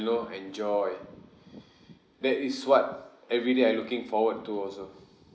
you know enjoy that is what everyday I looking forward to also